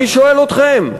אני שואל אתכם,